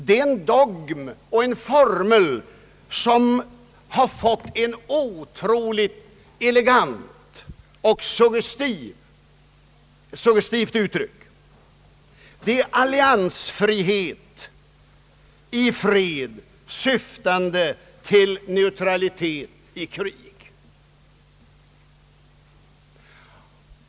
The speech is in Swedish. Det är en dogm och en formel som har fått ett otroligt elegant och suggestivt uttryck: Alliansfrihet i fred syftade till neutralitet i krig.